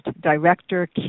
director